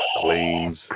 claims